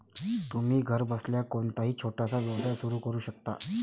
तुम्ही घरबसल्या कोणताही छोटासा व्यवसाय सुरू करू शकता